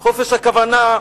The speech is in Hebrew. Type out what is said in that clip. חופש הכוונה,